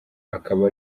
akaba